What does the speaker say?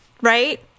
right